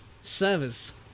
servers